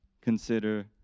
consider